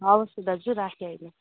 हवस् दाजु राखेँ अहिले